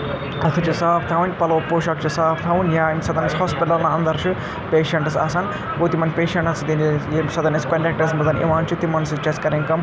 اَتھٕ چھِ صاف تھاوٕنۍ پَلو پوشاک چھِ صاف تھاوٕنۍ یا ییٚمہِ ساتہٕ اَسہِ ہاسپِٹَلَن اَندَر چھِ پیشَنٛٹٕس آسان گوٚو تِمَن پیشَنٹَس سۭتۍ ییٚمہِ ساتہٕ أسۍ منٛز یِوان چھِ تِمَن سۭتۍ چھِ اَسہِ کَرٕنۍ کٲم